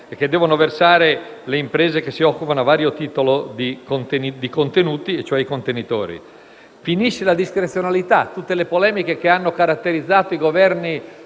che devono versare le imprese che si occupano a vario titolo di contenuti, cioè i contenitori. Finisce la discrezionalità, quindi tutte le polemiche che hanno caratterizzato i Governi